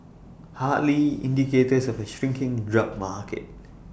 hardly indicators of A shrinking drug market